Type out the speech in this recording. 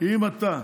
תן לו עוד.